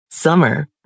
Summer